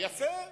יפה,